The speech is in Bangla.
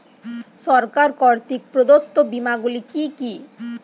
সরকার কর্তৃক প্রদত্ত বিমা গুলি কি কি?